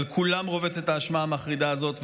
על כולם רובצת האשמה המחרידה הזאת,